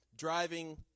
driving